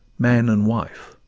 man and wife?